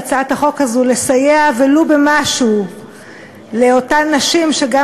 בהצעת החוק הזאת לסייע ולו במשהו לאותן נשים שגם